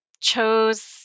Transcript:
chose